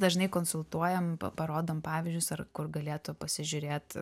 dažnai konsultuojam pa parodom pavyzdžius ar kur galėtų pasižiūrėt